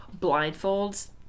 blindfolds